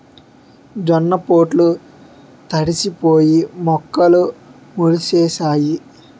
జొన్న పొట్లు తడిసిపోయి మొక్కలు మొలిసేసాయి